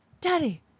daddy